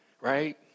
right